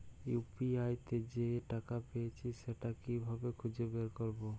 UPI তে যে টাকা পেয়েছি সেটা কিভাবে খুঁজে বের করবো?